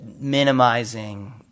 minimizing